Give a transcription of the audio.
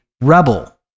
rebel